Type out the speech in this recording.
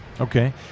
Okay